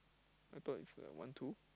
I thought it's (uh)one two